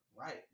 right